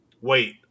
wait